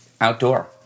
Outdoor